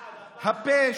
הפחד, הפחד, הפחד.